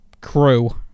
crew